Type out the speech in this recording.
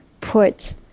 put